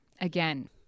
again